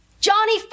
Johnny